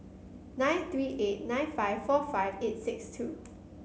nine three eight nine five four five eight six two